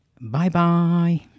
Bye-bye